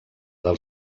del